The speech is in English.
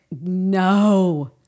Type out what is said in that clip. no